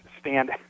stand